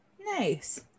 Nice